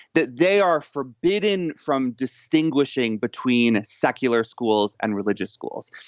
that they are forbidden from distinguishing between secular schools and religious schools,